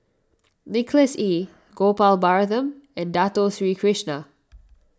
Nicholas Ee Gopal Baratham and Dato Sri Krishna